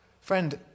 Friend